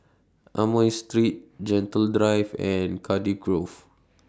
Amoy Street Gentle Drive and Cardiff Grove